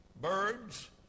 birds